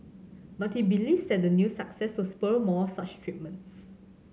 but he believes the new success will spur more such treatments